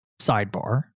sidebar